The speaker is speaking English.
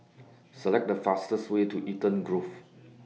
Select The fastest Way to Eden Grove